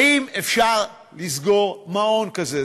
האם אפשר לסגור מעון כזה?